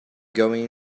going